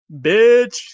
bitch